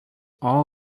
all